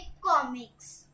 comics